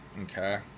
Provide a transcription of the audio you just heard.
Okay